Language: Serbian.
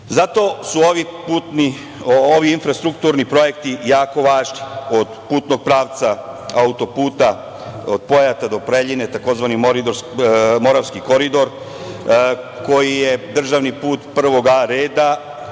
su ovi infrastrukturni projekti jako važni, od putnog pravca auto-puta od Pojata do Preljine, tzv. Moravski koridor, koji je državni put prvog A reda